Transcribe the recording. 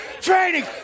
Training